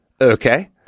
Okay